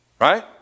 right